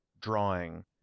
drawing